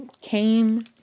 came